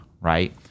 Right